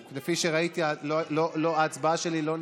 ולפי מה שראיתי ההצבעה שלי לא נקלטה,